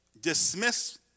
dismiss